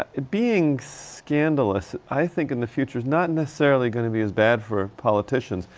being scandalous, i think, in the future's not necessarily going to be as bad for politicians,